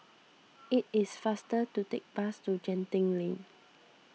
it is faster to take the bus to Genting Lane